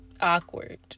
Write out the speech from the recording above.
awkward